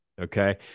Okay